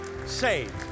saved